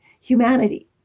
humanity